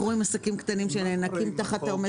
אנחנו רואים עסקים קטנים שנאנקים תחת העומס.